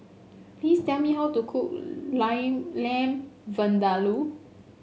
please tell me how to cook Line Lamb Vindaloo